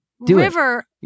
River